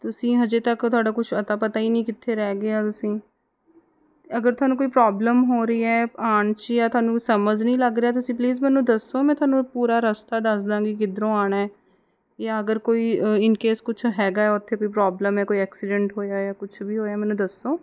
ਤੁਸੀਂ ਅਜੇ ਤੱਕ ਤੁਹਾਡਾ ਕੁਛ ਅਤਾ ਪਤਾ ਹੀ ਨਹੀਂ ਕਿੱਥੇ ਰਹਿ ਗਏ ਆ ਤੁਸੀਂ ਅਗਰ ਤੁਹਾਨੂੰ ਕੋਈ ਪ੍ਰੋਬਲਮ ਹੋ ਰਹੀ ਹੈ ਆਉਣ 'ਚ ਜਾਂ ਤੁਹਾਨੂੰ ਸਮਝ ਨਹੀਂ ਲੱਗ ਰਿਹਾ ਤੁਸੀਂ ਪਲੀਜ਼ ਮੈਨੂੰ ਦੱਸੋ ਮੈਂ ਤੁਹਾਨੂੰ ਪੂਰਾ ਰਸਤਾ ਦੱਸ ਦਾਗੀ ਕਿੱਧਰੋਂ ਆਉਣਾ ਜਾਂ ਅਗਰ ਕੋਈ ਇਨ ਕੇਸ ਕੁਛ ਹੈਗਾ ਉੱਥੇ ਕੋਈ ਪ੍ਰੋਬਲਮ ਹੈ ਕੋਈ ਐਕਸੀਡੈਂਟ ਹੋਇਆ ਜਾਂ ਕੁਛ ਵੀ ਹੋਇਆ ਮੈਨੂੰ ਦੱਸੋ